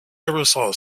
aerosol